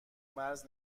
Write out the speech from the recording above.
مرز